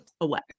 away